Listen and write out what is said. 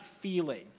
feeling